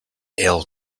ill